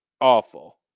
awful